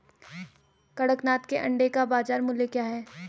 कड़कनाथ के अंडे का बाज़ार मूल्य क्या है?